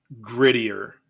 grittier